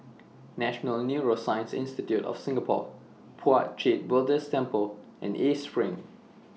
National Neuroscience Institute of Singapore Puat Jit Buddhist Temple and East SPRING